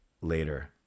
later